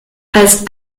als